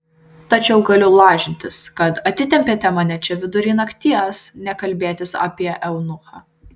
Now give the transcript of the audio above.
tačiau galiu lažintis kad atitempėte mane čia vidury nakties ne kalbėtis apie eunuchą